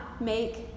make